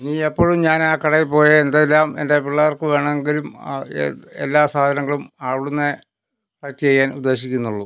ഇനി എപ്പോഴും ഞാനാ കടയിൽ പോയാൽ എന്തെല്ലാം എൻ്റെ പിള്ളേർക്ക് വേണമെങ്കിലും ഏത് എല്ലാ സാധനങ്ങളും അവിടുന്നേ ചെയ്യാൻ ഉദ്ദേശിക്കുന്നുള്ളൂ